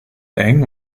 eng